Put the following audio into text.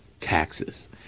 taxes